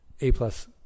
A-plus